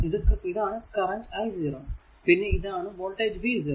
ഇത് ആണ്കറന്റ് i 0 പിന്നെ ഇതാണ് വോൾടേജ് v 0